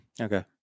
Okay